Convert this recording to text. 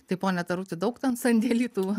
tai pone taruti daug ten sandėly tų